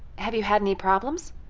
have you had any problems?